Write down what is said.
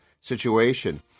situation